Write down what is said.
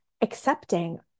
accepting